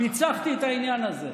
פיצחתי את העניין הזה.